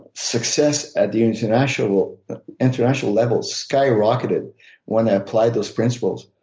success at the international international level skyrocketed when i applied those principles.